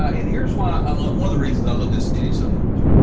and here is why i love, one of the reasons i love this city so much.